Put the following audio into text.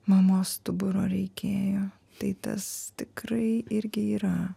mamos stuburo reikėjo tai tas tikrai irgi yra